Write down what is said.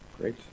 Great